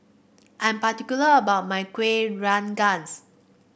I'm particular about my Kuih Rengas